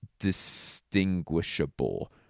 distinguishable